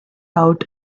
out